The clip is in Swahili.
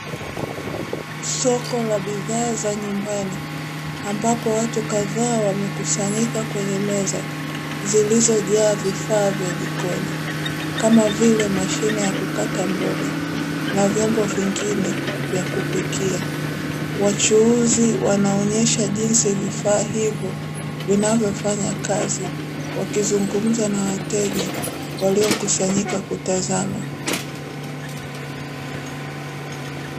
Soko la bidhaa za nyumbani, ambapo watu kadhaa wamekusanyika kwenye meza zilizojaa vifaa vya jikoni, kama vile mashine ya kukata mboga na vyombo vingine vya kupikia. Wachuuzi wanaonyesha jinsi vifaa hivyo vinavyofanya kazi, wakizungumza na wateja waliokusanyika kutazama.